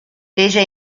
ella